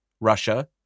Russia